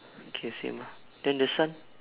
okay same ah then the sun